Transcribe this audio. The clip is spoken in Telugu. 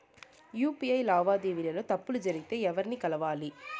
యు.పి.ఐ లావాదేవీల లో తప్పులు జరిగితే ఎవర్ని కలవాలి?